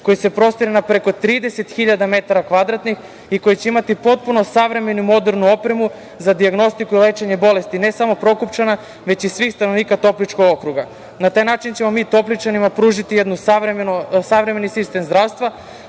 koji se prostire na preko 30 hiljada metara kvadratnih i koji će imati potpuno savremenu modernu opremu za dijagnostiku i lečenje bolesti, ne samo Prokupčana već i svih stanovnika Topličkog okruga. Na taj način ćemo mi Topličanima pružiti savremeni sistem zdravstva,